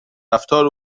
رفتار